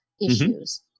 issues